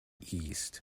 east